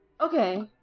Okay